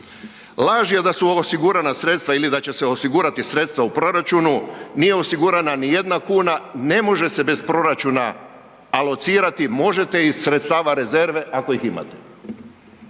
Laž je da su osigurana sredstva ili da će se osigurati sredstva u proračunu. Nije osigurana nijedna kuna, ne može se bez proračuna alocirati. Možete iz sredstava rezerve ako ih imate.